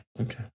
Okay